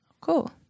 Cool